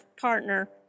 partner